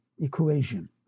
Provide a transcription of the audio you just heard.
equation